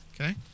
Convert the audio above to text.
Okay